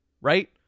right